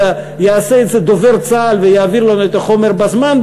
אלא יעשה את זה דובר צה"ל ויעביר לנו את החומר בזמן,